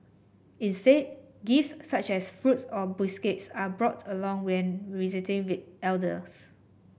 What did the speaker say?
instead gifts such as fruits or biscuits are brought along when visiting we elders